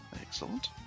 excellent